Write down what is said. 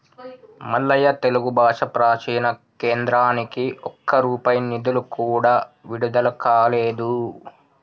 మల్లయ్య తెలుగు భాష ప్రాచీన కేంద్రానికి ఒక్క రూపాయి నిధులు కూడా విడుదల కాలేదు